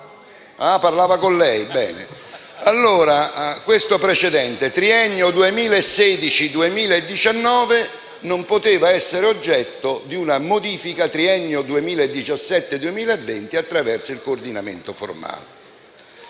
Ah, parlava con lei, bene. Come dicevo, in questo precedente il triennio 2016-2019 non poteva essere oggetto di una modifica in triennio 2017-2020 attraverso il coordinamento formale.